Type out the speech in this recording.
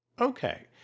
okay